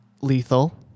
lethal